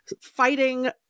fighting